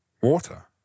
water